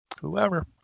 Whoever